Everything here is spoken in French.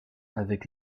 avec